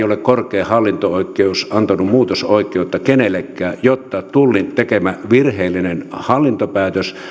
ole korkein hallinto oikeus antanut muutosoikeutta kenellekään jotta tullin tekemä virheellinen hallintopäätös